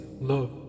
love